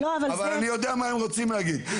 אבל אני יודע מה הם רוצים להגיד,